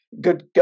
good